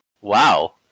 Wow